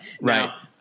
Right